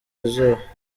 izuba